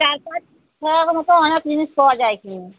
চার পাঁচ অনেক জিনিস পাওয়া যায় এখানে